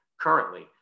currently